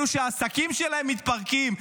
אלו שהעסקים שלהם מתפרקים,